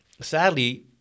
sadly